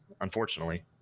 unfortunately –